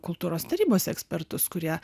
kultūros tarybos ekspertus kurie